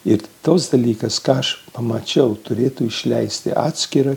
ir toks dalykas ką aš pamačiau turėtų išleisti atskira